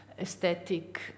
aesthetic